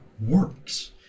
works